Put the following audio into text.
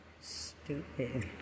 Stupid